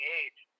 age